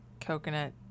coconut